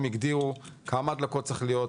הם הגדירו כמה הדלקות צריכות להיות,